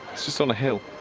it's just on a hill!